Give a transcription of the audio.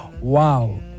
Wow